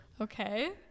Okay